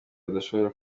badashobora